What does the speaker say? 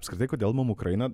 apskritai kodėl mum ukraina